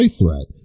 threat